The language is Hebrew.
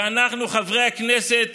ואנחנו חברי הכנסת